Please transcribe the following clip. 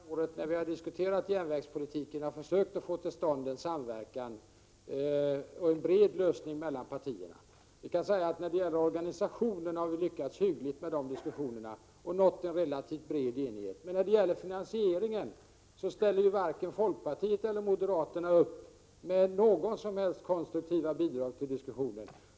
Herr talman! När vi under året har diskuterat järnvägspolitiken har vi försökt få till stånd en samverkan och en bred lösning mellan partierna. När det gäller organisationen har diskussionerna lyckats hyggligt och en relativt bred enighet nåtts. När det däremot gäller finansieringen ställer varken folkpartiet eller moderaterna upp med några som helst konstruktiva bidrag till diskussionen.